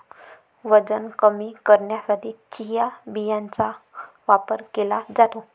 वजन कमी करण्यासाठी चिया बियांचा वापर केला जातो